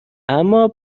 اما